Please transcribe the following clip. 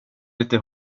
lite